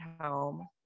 home